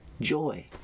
joy